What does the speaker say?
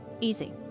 Easy